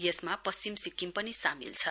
यसमा पश्चिम सिक्किम पनि सामेल छ